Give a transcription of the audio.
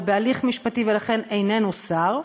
הוא בהליך משפטי ולכן איננו שר,